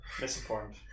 Misinformed